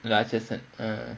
Ratsasan